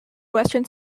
western